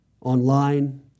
Online